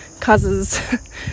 Causes